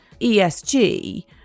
ESG